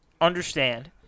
understand